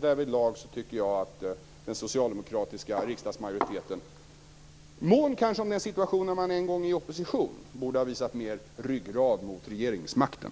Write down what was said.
Därvidlag tycker jag att den socialdemokratiska riksdagsmajoriteten, kanske mån om en situation då man själv en gång är i opposition, borde ha visat mer ryggrad i förhållande till regeringsmakten.